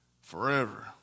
Forever